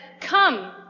come